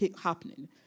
happening